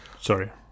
Sorry